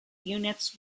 units